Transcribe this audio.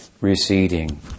receding